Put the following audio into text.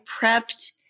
prepped